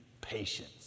patience